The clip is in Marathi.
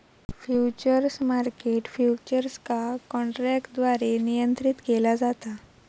फ्युचर्स मार्केट फ्युचर्स का काँट्रॅकद्वारे नियंत्रीत केला जाता